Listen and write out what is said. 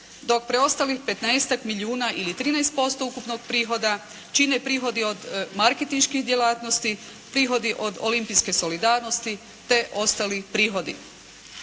dok preostalih 15-tak milijuna ili 13% ukupnog prihoda čine prihodi od marketinških djelatnosti, prihodi od olimpijske solidarnosti, te ostali prihodi.